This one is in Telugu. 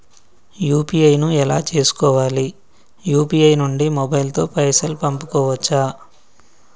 యూ.పీ.ఐ ను ఎలా చేస్కోవాలి యూ.పీ.ఐ నుండి మొబైల్ తో పైసల్ పంపుకోవచ్చా?